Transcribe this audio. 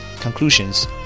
conclusions